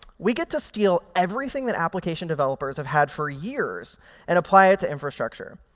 we get to steal everything that application developers have had for years and apply it to infrastructure.